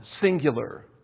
singular